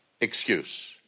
excuse